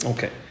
Okay